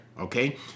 okay